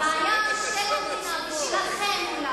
הבעיה של המדינה ושלכם,